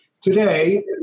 today